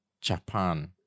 Japan